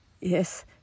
yes